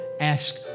ask